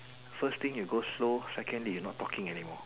first thing you go slow secondly you not talking anymore